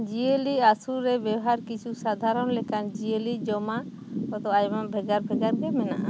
ᱡᱤᱭᱟᱹᱞᱤ ᱟᱥᱩᱞ ᱨᱮ ᱵᱮᱣᱦᱟᱨ ᱠᱤᱪᱷᱩ ᱥᱟᱫᱷᱟᱨᱚᱱ ᱞᱮᱠᱟᱱ ᱡᱤᱭᱟᱹᱞᱤ ᱡᱚᱢᱟᱜ ᱠᱚᱫᱚ ᱟᱭᱢᱟ ᱵᱷᱮᱜᱟᱨ ᱵᱷᱮᱜᱟᱨ ᱜᱮ ᱢᱮᱱᱟᱜᱼᱟ